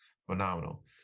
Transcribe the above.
phenomenal